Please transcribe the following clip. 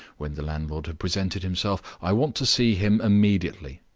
when the landlord had presented himself, i want to see him immediately.